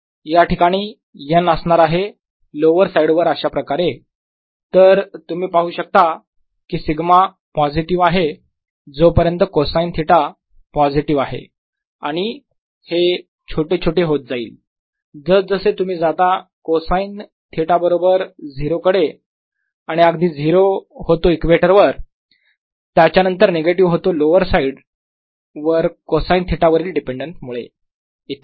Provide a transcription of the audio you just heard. या ठिकाणी n असणार आहे लोवर साईड वर अशाप्रकारे तर तुम्ही पाहू शकता की σ पॉझिटिव आहे जोपर्यंत कोसाईन थिटा पॉझिटिव आहे आणि हे छोटे छोटे होत जाईल जसजसे तुम्ही जाता कोसाईन थिटा बरोबर 0 कडे आणि अगदी 0 होतो इक्वेटर वर त्याच्यानंतर निगेटिव्ह होतो लोवर साईड वर कोसाईन थिटा वरील डिपेंडन्स मुळे